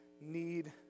need